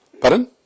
Pardon